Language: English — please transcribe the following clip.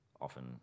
often